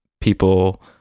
people